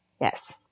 Yes